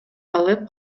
алып